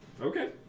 Okay